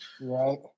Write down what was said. Right